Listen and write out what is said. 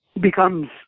becomes